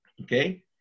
Okay